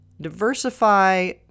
Diversify